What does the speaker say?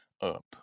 up